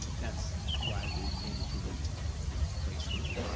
that's why we came to the place where we are.